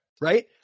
Right